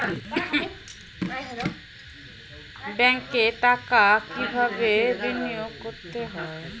ব্যাংকে টাকা কিভাবে বিনোয়োগ করতে হয়?